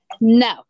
No